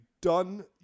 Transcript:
done